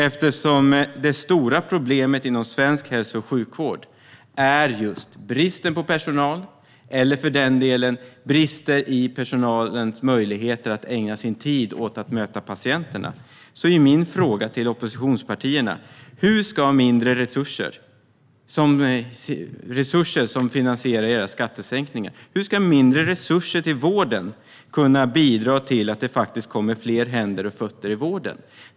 Eftersom det stora problemet inom svensk hälso och sjukvård är just bristen på personal eller, för den delen, brister i fråga om personalens möjligheter att ägna sin tid åt att möta patienterna är min fråga till oppositionspartierna: Hur ska mindre resurser - det handlar om resurser som finansierar era skattesänkningar - till vården kunna bidra till att det blir fler händer och fötter i vården?